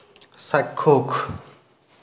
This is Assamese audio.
চাক্ষুষ